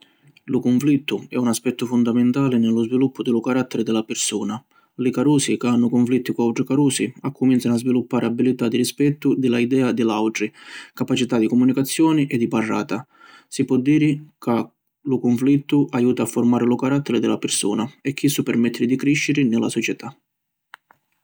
Lu cunflittu è un aspettu fundamentali ni lu sviluppu di lu caratteri di la pirsuna. Li carusi ca hannu cunflitti cu autri carusi, accuminzanu a sviluppari abilità di rispettu di la idea di l’autri, capacità di cumunicazioni e di parrata. Si pò diri ca lu cunflittu ajuta a formari lu caratteri di la pirsuna e chissu permetti di crisciri ni la società.